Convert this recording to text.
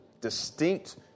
distinct